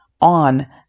on